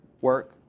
work